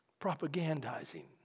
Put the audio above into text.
propagandizing